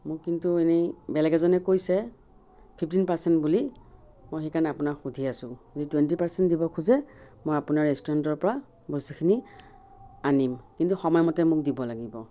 মোক কিন্তু এনেই বেলেগ এজনে কৈছে ফিফটিন পাৰ্চেন্ট বুলি মই সেইকাৰণে আপোনাক সুধি আছো যি টুৱেন্টি পাৰ্চেন্ট দিব খোজে মই আপোনাৰ ৰেষ্টুৰেণ্টৰপৰা বস্তুখিনি আনিম কিন্তু সময়মতে মোক দিব লাগিব